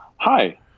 Hi